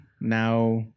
now